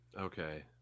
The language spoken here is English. Okay